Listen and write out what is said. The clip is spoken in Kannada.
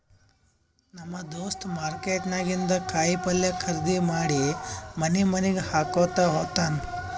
ನಮ್ ದೋಸ್ತ ಮಾರ್ಕೆಟ್ ನಾಗಿಂದ್ ಕಾಯಿ ಪಲ್ಯ ಖರ್ದಿ ಮಾಡಿ ಮನಿ ಮನಿಗ್ ಹಾಕೊತ್ತ ಹೋತ್ತಾನ್